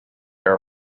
air